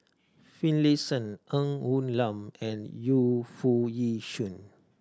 Finlayson Ng Woon Lam and Yu Foo Yee Shoon